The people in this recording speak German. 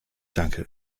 danke